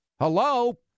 Hello